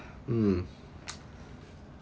mm